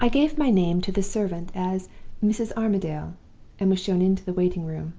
i gave my name to the servant as mrs. armadale and was shown into the waiting-room.